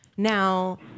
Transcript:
Now